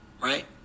right